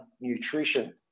nutrition